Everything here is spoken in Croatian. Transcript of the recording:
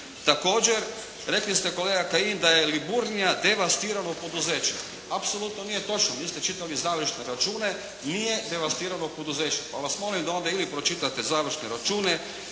Također rekli ste kolega Kajin da je "Liburnija" devastirano poduzeće. Apsolutno nije točno. Vi ste čitali završne račune, nije devastirano poduzeće. Pa vas molim da onda ili pročitate završne račune